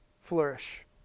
flourish